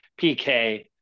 PK